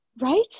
right